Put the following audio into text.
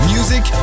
Music